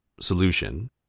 solution